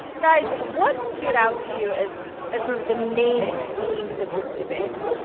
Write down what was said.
guys, what stood out to you as as sort of the main themes of this debate?